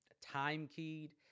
time-keyed